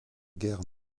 guerre